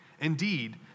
Indeed